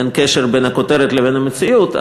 אין קשר בין הכותרת לבין המציאות,